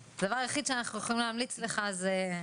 שאנחנו צריכים חמישה דברים להתייחס אליהם,